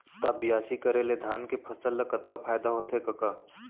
त बियासी करे ले धान के फसल ल कतका फायदा होथे कका?